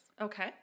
okay